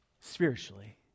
spiritually